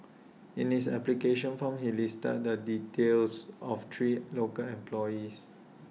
in his application form he listed the details of three local employees